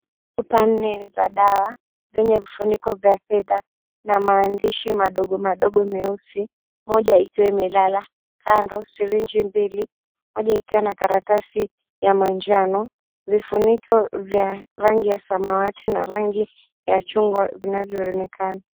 Chupa nne za dawa zenye vifuniko za fedha na maandishi madogo madogo meusi, moja ikiwa imelala. Kando sirinji mbili, moja ikiwa na karatasi ya manjano vifuniko vya rangi ya samawati na rangi ya chungwa vinavyoonekana.